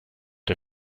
der